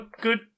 good